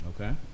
Okay